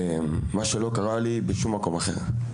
מה שלא קרה לי בשום מקום אחר.